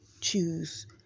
choose